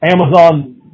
Amazon